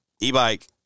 e-bike